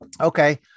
Okay